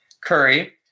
Curry